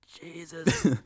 Jesus